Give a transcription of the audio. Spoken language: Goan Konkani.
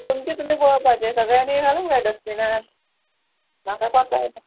तुमचें तुमी पळोवपाचें सगळ्यांनी घालूंक जाय डस्टबिनान म्हाका